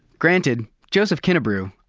granted, joseph kinnebrew,